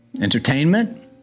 Entertainment